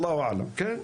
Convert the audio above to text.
כן.